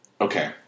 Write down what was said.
Okay